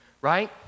right